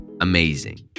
amazing